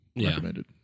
recommended